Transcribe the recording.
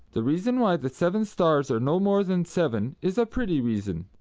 the reason why the seven stars are no more than seven is a pretty reason.